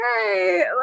okay